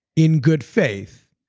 in good faith